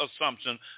assumption